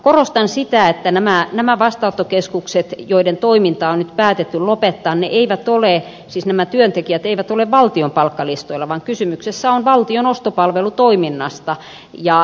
korostan sitä että näiden vastaanottokeskusten joiden toiminta on nyt päätetty lopettaa työntekijät eivät ole valtion palkkalistoilla vaan kysymys on valtion ostopalvelutoiminnasta